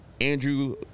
Andrew